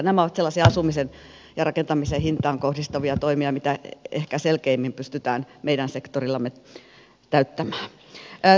nämä ovat sellaisia asumisen ja rakentamisen hintaan kohdistuvia toimia mitä ehkä selkeimmin pystytään meidän sektorillamme täyttämään